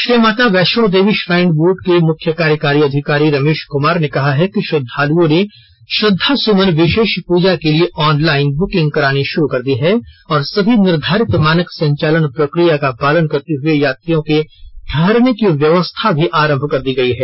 Shri Mata Vaishno Devi shrine board के मुख्य कार्यकारी अधिकारी रमेश कुमार ने कहा है कि श्रद्धालुओं ने श्रद्धासुमन विशेष पूजा के लिए ऑनलाइन बुकिंग करानी शुरू कर दी है और सभी निर्धारित मानक संचालन प्रक्रिया का पालन करते हुए यात्रियों के ठहरने की व्यस्था भी आरंभ कर दी गई है